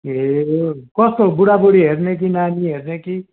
ए कस्तो बुढाबुढी हेर्ने कि नानी हेर्ने कि